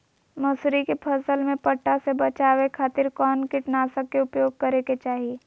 मसूरी के फसल में पट्टा से बचावे खातिर कौन कीटनाशक के उपयोग करे के चाही?